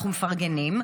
אנחנו מפרגנים,